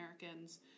Americans